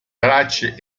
trate